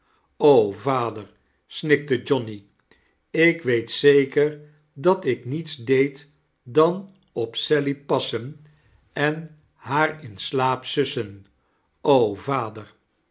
vader snikte johnny ik weet zeker dat ik niets deed dan op sally passen en haar in slaap sussen o vader